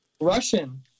Russian